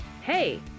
Hey